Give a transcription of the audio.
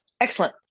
Excellent